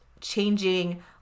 changing